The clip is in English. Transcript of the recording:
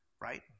right